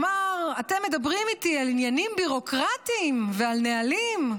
אמר: אתם מדברים איתי על עניינים ביורוקרטיים ועל נהלים,